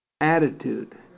attitude